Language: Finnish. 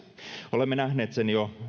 olemme nähneet sen jo